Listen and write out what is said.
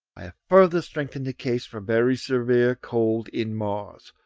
i have further strengthened the case for very severe cold in mars,